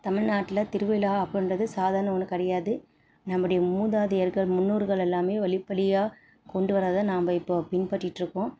தமிழ்நாட்டில் திருவிழா அப்பிடின்றது சாதாரண ஒன்று கிடையாது நம்முடைய மூதாதையர்கள் முன்னோர்கள் எல்லாம் வழி வழியாக கொண்டு வர்றதை நம்ப இப்போது பின்பற்றிட்டுருக்கோம்